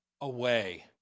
away